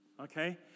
Okay